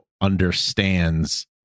understands